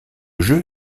jeu